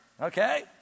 okay